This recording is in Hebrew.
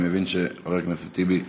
אני מבין שחבר הכנסת טיבי איננו,